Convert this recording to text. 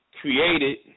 created